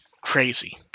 crazy